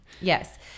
Yes